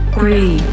Three